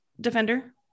defender